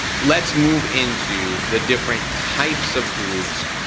let's move into the different types of groups.